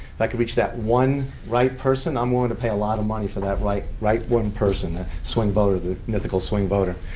can reach that one right person, i'm willing to pay a lot of money for that right right one person, that swing voter, the mythical swing voter.